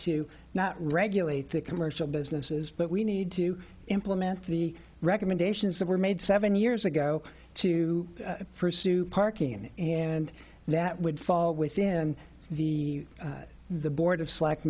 to not regulate the commercial businesses but we need to implement the recommendations that were made seven years ago to pursue parking and that would fall within the the board of